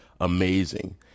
amazing